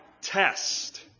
test